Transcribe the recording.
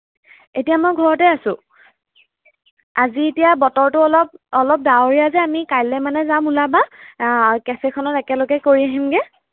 এতিয়া মই ঘৰতে আছোঁ আজি এতিয়া বতৰটো অলপ অলপ ডাৱৰীয়া যে আমি কাইলৈ মানে যাম ওলাবা কেফেখনত একেলগে কৰি আহিমগৈ